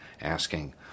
asking